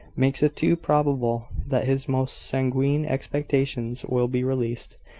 makes it too probable that his most sanguine expectations will be realised.